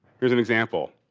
here's an example.